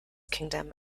kingdom